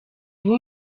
ubu